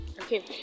Okay